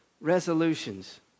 resolutions